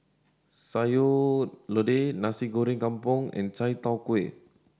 Sayur Lodeh Nasi Goreng Kampung and chai tow kway